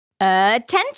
Attention